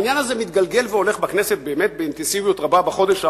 העניין הזה מתגלגל והולך בכנסת באמת באינטנסיביות רבה בחודש האחרון,